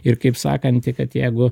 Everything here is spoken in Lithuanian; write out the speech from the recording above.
ir kaip sakanti kad jeigu